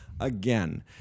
again